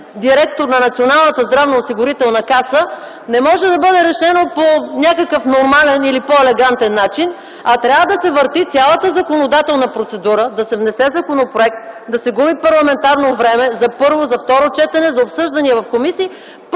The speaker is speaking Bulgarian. на Националната здравноосигурителна каса, не може да бъде решено по някакъв нормален или по-елегантен начин, а трябва да се върти цялата законодателна процедура, да се внесе законопроект, да се губи парламентарно време за първо, за второ четене, за обсъждане в комисии,